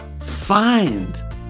find